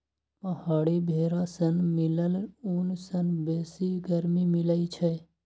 पहाड़ी भेरा सँ मिलल ऊन सँ बेसी गरमी मिलई छै